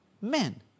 men